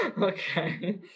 Okay